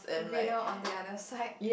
greener on the other side